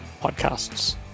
podcasts